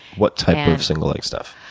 what type and of single leg stuff?